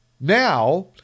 Now